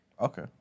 Okay